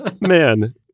man